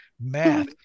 Math